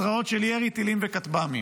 התרעות של ירי טילים וכטב"מים.